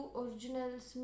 originals